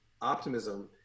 optimism